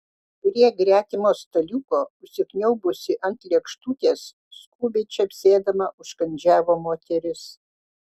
prie gretimo staliuko užsikniaubusi ant lėkštutės skubiai čepsėdama užkandžiavo moteris